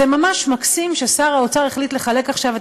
זה ממש מקסים ששר האוצר החליט לחַלק עכשיו את